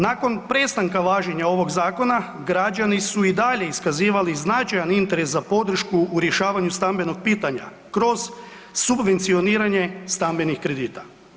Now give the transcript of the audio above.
Nakon prestanka važenja ovog zakona građani su i dalje iskazivali značajan interes za podršku u rješavanju stambenog pitanja kroz subvencioniranje stambenih kredita.